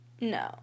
no